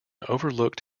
overlooked